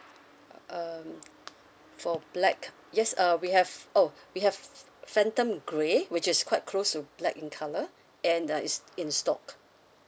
um for black yes uh we have oh we have phantom grey which is quite close to black in colour and uh is in stock